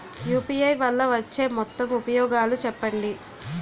UPI వల్ల వచ్చే మొత్తం ఉపయోగాలు చెప్పండి?